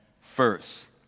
first